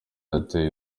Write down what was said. yateye